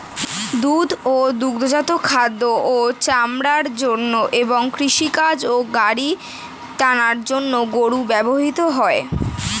দুধ ও দুগ্ধজাত খাদ্য ও চামড়ার জন্য এবং কৃষিকাজ ও গাড়ি টানার কাজে গরু ব্যবহৃত হয়